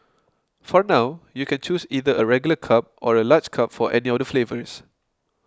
for now you can choose either a regular cup or a large cup for any of the flavours